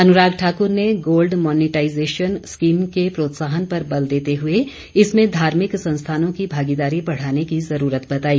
अनुराग ठाकुर ने gold monetisation scheme के प्रोत्साहन पर बल देते हुए इसमें धार्मिक संस्थानों की भागीदारी बढ़ाने की जरूरत बताई